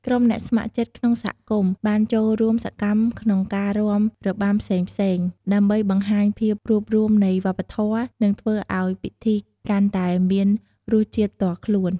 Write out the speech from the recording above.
ក្រុមអ្នកស្ម័គ្រចិត្តក្នុងសហគមន៍បានចូលរួមសកម្មក្នុងការរាំរបាំផ្សេងៗ ដើម្បីបង្ហាញភាពរួបរួមនៃវប្បធម៌ និងធ្វើឲ្យពិធីកាន់តែមានរសជាតិផ្ទាល់ខ្លួន។